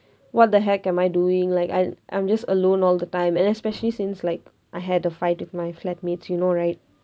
what the heck am I doing like I'm I'm just alone all the time and especially since like I had a fight with my flat mates you know right